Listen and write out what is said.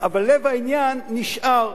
אבל לב העניין נשאר.